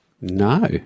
No